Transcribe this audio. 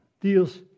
deals